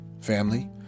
family